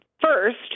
first